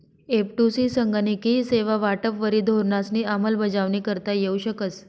एफ.टु.सी संगणकीय सेवा वाटपवरी धोरणंसनी अंमलबजावणी करता येऊ शकस